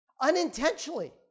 Unintentionally